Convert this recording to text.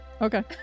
Okay